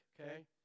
okay